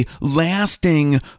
lasting